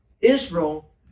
Israel